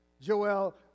Joel